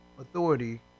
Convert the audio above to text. authority